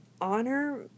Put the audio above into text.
honor